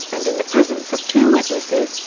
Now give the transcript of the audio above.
and in the presence of two witnesses,